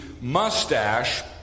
mustache